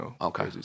okay